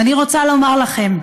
ואני רוצה לומר לכם,